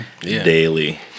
Daily